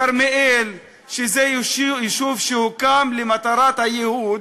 לכרמיאל, שזה יישוב שהוקם לטובת הייהוד,